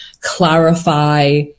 clarify